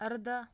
اَرداہ